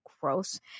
gross